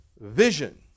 vision